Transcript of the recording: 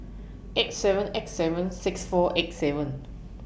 eight seven eight seven six four eight seven